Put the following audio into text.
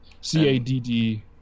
C-A-D-D